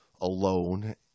alone